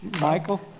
Michael